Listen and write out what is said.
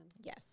Yes